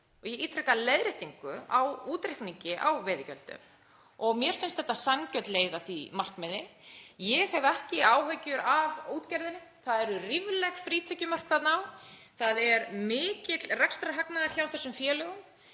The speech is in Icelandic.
og ég ítreka leiðréttingu, á útreikningi á veiðigjöldum. Mér finnst þetta sanngjörn leið að því markmiði. Ég hef ekki áhyggjur af útgerðinni. Það eru rífleg frítekjumörk þarna á. Það er mikill rekstrarhagnaður hjá þessum félögum.